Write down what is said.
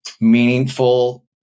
meaningful